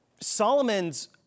Solomon's